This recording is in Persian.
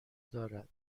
دارد